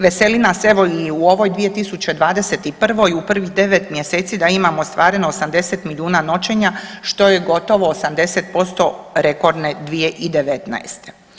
Veseli nas evo i u ovoj 2021. u prvih 9 mjeseci da imamo ostvareno 80 milijuna noćenja što je gotovo 80% rekordne 2019.